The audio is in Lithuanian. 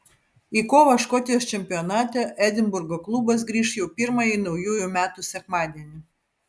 į kovą škotijos čempionate edinburgo klubas grįš jau pirmąjį naujųjų metų sekmadienį